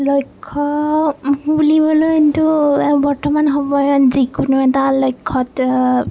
লক্ষ্য় বুলিবলৈ ক'লে কিন্তু বৰ্তমান সময়ত যিকোনো এটা লক্ষ্য়ত